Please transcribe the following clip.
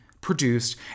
produced